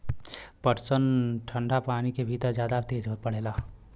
पटसन ठंडा पानी के भितर जादा तेज बढ़ेला